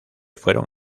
fueron